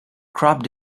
crop